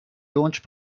launch